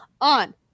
on